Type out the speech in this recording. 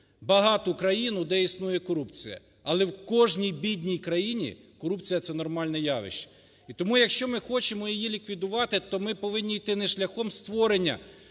багату країну, де існує корупція, але в кожній бідній країні корупція це нормальне явище. І тому, якщо ми хочемо її ліквідувати, то ми повинні йти не шляхом створення